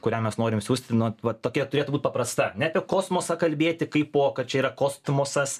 kurią mes norim siųsti nu vat va tokia turėtų būt paprasta ne apie kosmosą kalbėti kaip po kad čia yra kostmosas